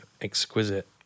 exquisite